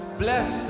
bless